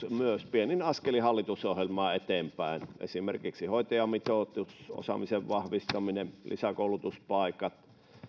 pienin askelin hallitusohjelmaa eteenpäin esimerkiksi hoitajamitoitus osaamisen vahvistaminen lisäkoulutuspaikat